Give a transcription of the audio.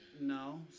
No